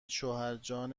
شوهرجان